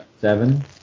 Seven